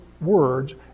words